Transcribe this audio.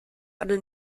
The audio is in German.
eine